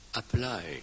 apply